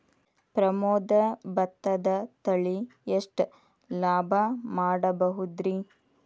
ಪ್ರಮೋದ ಭತ್ತದ ತಳಿ ಎಷ್ಟ ಲಾಭಾ ಮಾಡಬಹುದ್ರಿ?